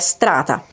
Strata